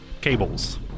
Cables